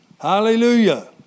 Hallelujah